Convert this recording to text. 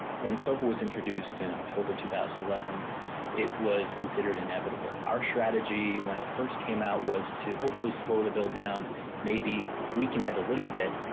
when sopa was introduced in october two thousand and eleven it was considered inevitable our strategy when it first came out was to hopefully slow the bill down maybe weaken it a little bit,